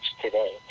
today